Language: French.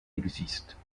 existe